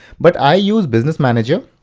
but i use business manager,